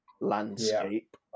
landscape